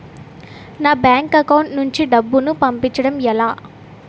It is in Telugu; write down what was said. నా బ్యాంక్ అకౌంట్ నుంచి డబ్బును పంపించడం ఎలా?